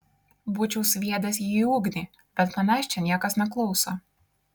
būčiau sviedęs jį į ugnį bet manęs čia niekas neklauso